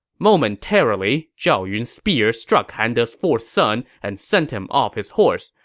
momentarily, zhao yun's spear struck han de's fourth son and sent him off his horse.